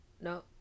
no